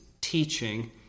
teaching